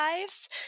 lives